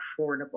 affordable